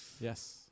Yes